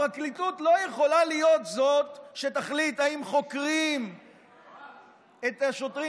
הפרקליטות לא יכולה להיות זאת שתחליט אם חוקרים את השוטרים